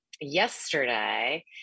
yesterday